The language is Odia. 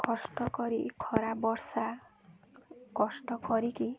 କଷ୍ଟ କରି ଖରା ବର୍ଷା କଷ୍ଟ କରିକି